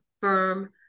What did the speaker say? firm